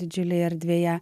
didžiulėj erdvėje